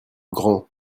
grand